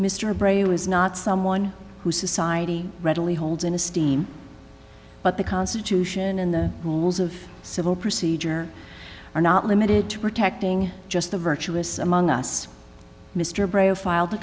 mr brady who is not someone who society readily holds in esteem but the constitution and the rules of civil procedure are not limited to protecting just the virtuous among us mr breyer filed a